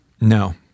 No